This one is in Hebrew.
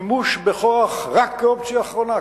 שימוש בכוח רק כאופציה אחרונה,